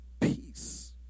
peace